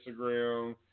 Instagram